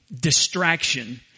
distraction